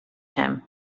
him